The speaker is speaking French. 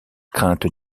crainte